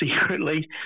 secretly